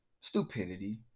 stupidity